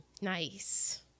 Nice